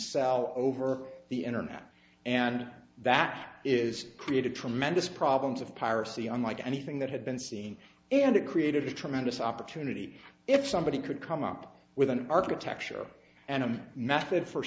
sell over the internet and that is created tremendous problems of piracy unlike anything that had been seen and it created a tremendous opportunity if somebody could come up with an architecture and him method for